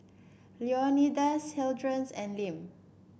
Leonidas Hildred's and Lem